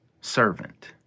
servant